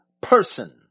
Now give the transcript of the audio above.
person